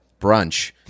BRUNCH